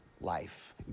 life